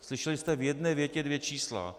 Slyšeli jste v jedné větě dvě čísla.